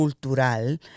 cultural